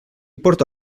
porta